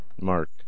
Mark